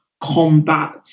combat